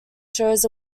shows